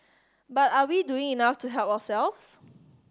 but are we doing enough to help ourselves